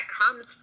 comes